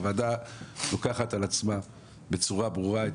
הוועדה לוקחת על עצמה בצורה ברורה את